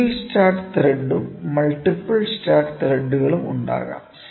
single start ത്രെഡും multiple start ത്രെഡുകളും ഉണ്ടാകാം